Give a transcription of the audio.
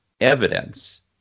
evidence